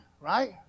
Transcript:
right